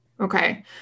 Okay